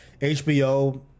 HBO